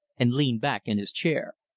and leaned back in his chair.